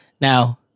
Now